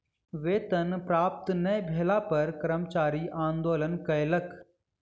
वेतन प्राप्त नै भेला पर कर्मचारी आंदोलन कयलक